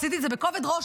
עשיתי את זה בכובד ראש,